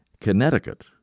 Connecticut